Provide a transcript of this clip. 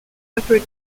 upper